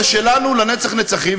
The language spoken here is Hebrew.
זה שלנו לנצח נצחים,